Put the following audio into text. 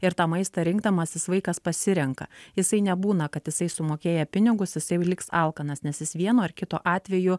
ir tą maistą rinkdamasis vaikas pasirenka jisai nebūna kad jisai sumokėję pinigus jisai liks alkanas nes jis vienu ar kitu atveju